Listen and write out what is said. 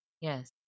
Yes